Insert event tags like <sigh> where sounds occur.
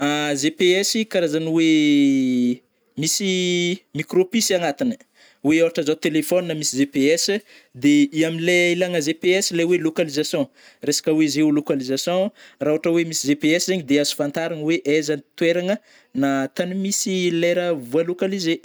<hesitation> GPS karazagna oe <hesitation> misy <hesitation> micropisy agnatigny ai, oe ôhatra zao telephone misy GPS de I amle ilagna GPS le oe localisation resaka oe geolocalisation, rah ôhatra oe misy GPS zegny de azo fantarigna oe aiza gny toeragna na tagny misy le rah voa-localiser.